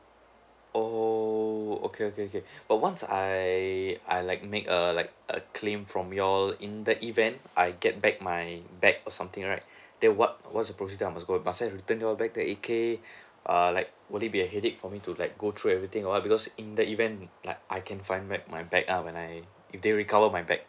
oh okay okay okay but once I I like make a like a claim from you all in the event I get back my bag or something right then what what's the procedure I must go must I return you all back the eight K err like would it be a headache for me to like go through everything and all because in the event like I can find back by bag lah when I if they recover my bag